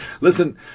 Listen